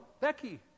Becky